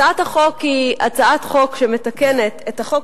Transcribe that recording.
הצעת החוק היא הצעת חוק שמתקנת את החוק